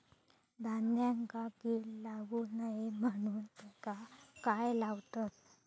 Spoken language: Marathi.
धान्यांका कीड लागू नये म्हणून त्याका काय लावतत?